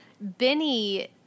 Benny